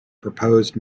proposed